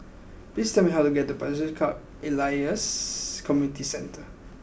please tell me how to get to Pasir Ris Elias Community Centre